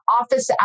office